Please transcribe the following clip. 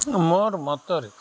ମୋର୍ ମତରେ